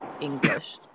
english